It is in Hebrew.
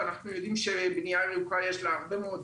אנחנו יודעים שלבנייה ירוקה יש הרבה מאוד